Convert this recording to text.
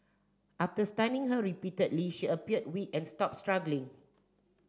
after stunning her repeatedly she appeared weak and stopped struggling